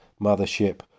Mothership